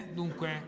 dunque